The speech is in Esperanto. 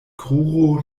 kruro